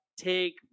take